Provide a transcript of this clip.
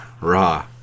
Raw